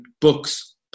books